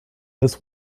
this